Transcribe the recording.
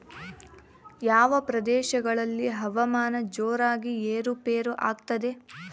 ಯಾವ ಪ್ರದೇಶಗಳಲ್ಲಿ ಹವಾಮಾನ ಜೋರಾಗಿ ಏರು ಪೇರು ಆಗ್ತದೆ?